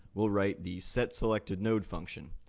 we'll write the setselectednode function,